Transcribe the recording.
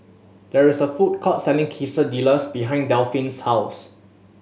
there is a food court selling Quesadillas behind Delphine's house